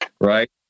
right